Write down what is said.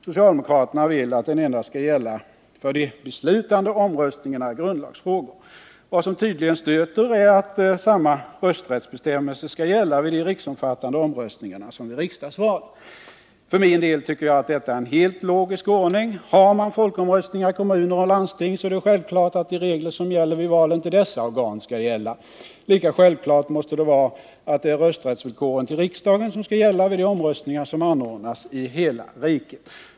Socialdemokraterna vill att den endast skall gälla för de beslutande omröstningarna i grundlagsfrågor. Vad som tydligen stöter är att samma rösträttsbestämmelser skall gälla vid de riksomfattande omröstningarna som vid riksdagsval. För min del tycker jag att detta är en helt logisk ordning. Har man folkomröstningar i kommuner och landsting, är det självklart att det är de regler som finns vid valen till dessa organ som skall gälla. Lika självklart måste det vara att det är rösträttsvillkoren till riksdagen som skall gälla vid de omröstningar som anordnas i hela riket.